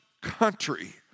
country